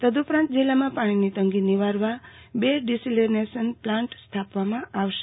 તદુપરાંત જીલ્લામાં પાણીની તંગી નિવારવા બે ડીસેલીનેશન પ્લાન્ટ સ્થાપવામાં આવશે